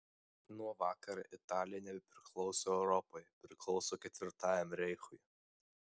nuo vakar italija nebepriklauso europai priklauso ketvirtajam reichui